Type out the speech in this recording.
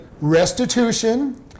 restitution